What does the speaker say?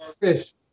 Fish